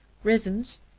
rhythms,